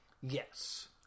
Yes